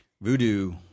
Voodoo